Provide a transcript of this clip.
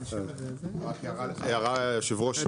רק הערה, היושב ראש.